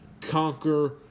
conquer